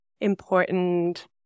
important